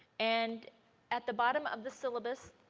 and at the bottom of the syllabus